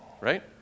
Right